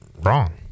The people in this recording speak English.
wrong